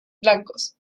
blancos